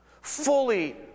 fully